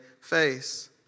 face